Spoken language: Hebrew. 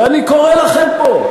ואני קורא לכם פה,